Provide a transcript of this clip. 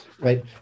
right